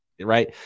right